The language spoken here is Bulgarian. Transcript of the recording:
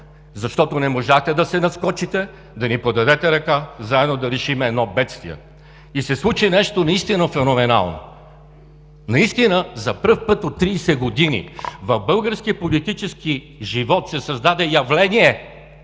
защото не можахте да се надскочите, да ни подадете ръка заедно да решим едно бедствие. И се случи нещо наистина феноменално. Наистина за пръв път от 30 години в българския политически живот се създаде явление,